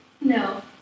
No